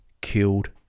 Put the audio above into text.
killed